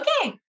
okay